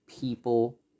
People